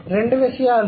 కాబట్టి రెండు విషయాలు